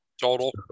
total